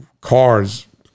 cars